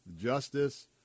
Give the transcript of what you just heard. justice